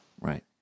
Right